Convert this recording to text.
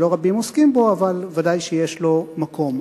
שלא רבים עוסקים בו אבל ודאי שיש לו מקום.